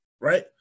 Right